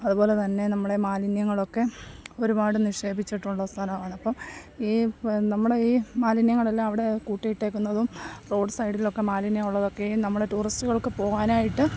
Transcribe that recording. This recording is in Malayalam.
അതുപോലെ തന്നെ നമ്മളെ മാലിന്യങ്ങളൊക്കെ ഒരുപാട് നിക്ഷേപിച്ചിട്ടുള്ള സ്ഥലമാണ് അപ്പം ഈ നമ്മുടെ ഈ മാലിന്യങ്ങൾ എല്ലാം അവിടെ കൂട്ടി ഇട്ടിരിക്കുന്നതും റോഡ് സൈഡിലൊക്കെ മാലിന്യം ഉള്ളതൊക്കെയും നമ്മൾ ടൂറിസ്റ്റുകൾക്ക് പോവാനായിട്ട്